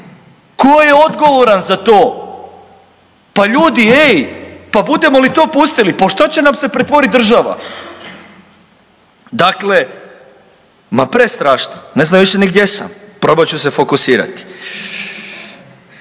Ko je odgovoran za to? Pa ljudi ej, pa budemo li to pustili, pa u šta će nam se pretvorit država? Dakle, ma prestrašno, ne znam više ni gdje sam probat ću se fokusirati.